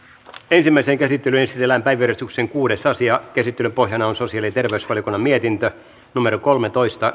ensimmäiseen käsittelyyn esitellään päiväjärjestyksen kuudes asia käsittelyn pohjana on sosiaali ja terveysvaliokunnan mietintö kolmetoista